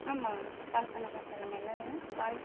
ஆமாம் பால் பண்ணை தான் சொல்லுங்க என்ன வேணும் பால்